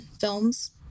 films